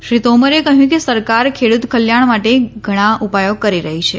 શ્રી તોમરે કહ્યું કે સરકાર ખેડૂત કલ્યાણ માટે ઘણા ઉપાયો કરી રહી છે